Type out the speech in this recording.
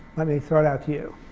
let me throw it out to you.